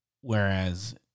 Whereas